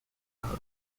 szale